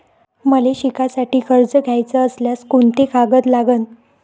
मले शिकासाठी कर्ज घ्याचं असल्यास कोंते कागद लागन?